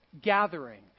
gathering